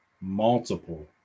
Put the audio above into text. multiple